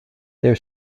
their